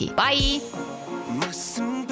bye